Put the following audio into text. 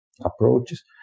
approaches